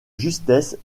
justesse